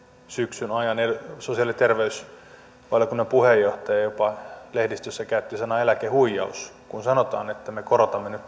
syksyn ajan sosiaali ja terveysvaliokunnan puheenjohtaja jopa lehdistössä käytti sanaa eläkehuijaus kun sanotaan että me korotamme nyt